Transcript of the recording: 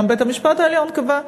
גם בית-המשפט העליון קבע,